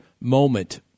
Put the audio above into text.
moment